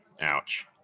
Ouch